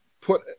put